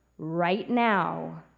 right now,